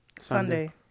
Sunday